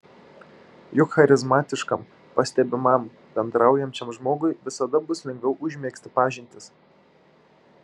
juk charizmatiškam pastebimam bendraujančiam žmogui visada bus lengviau užmegzti pažintis